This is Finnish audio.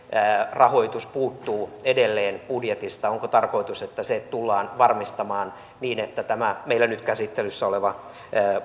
rahoitus puuttuu edelleen budjetista onko tarkoitus että se tullaan varmistamaan niin että tämä meillä nyt käsittelyssä oleva